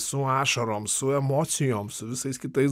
su ašarom su emocijom su visais kitais